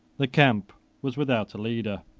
the camp was without a leader,